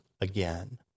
again